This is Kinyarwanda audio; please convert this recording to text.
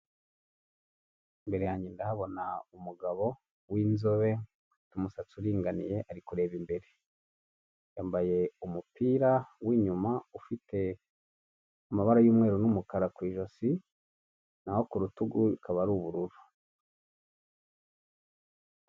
Imbere yange ndahabona umugabo w'inzobe umusatsi uringaniye ari kureba imbere. Yambaye umupira w'inyuma ufite amabara y'umweru n'umukara ku ijosi, na ho ku rutugu ikaba ari ubururu.